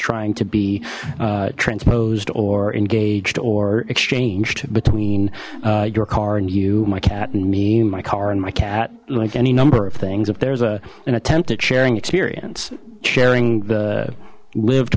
trying to be transposed or engaged or exchanged between your car and you my cat and me my car and my cat like any number of things if there's a an attempt at sharing experience sharing the live